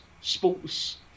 sports